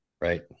Right